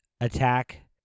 attack